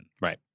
right